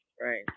Right